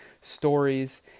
stories